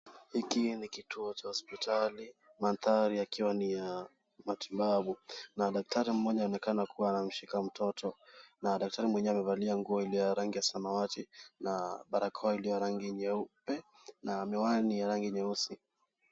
Hiki ni kituo cha hospitali, mandhari yakiwa ni ya matibabu , na daktari mmoja amekaa na kuwa anamshika mtoto na daktari mwenyewe amevalia nguo iliyo ya rangi ya samawati na barakoa iliyo ya rangi nyeupe na miwani ya rangi nyeusi.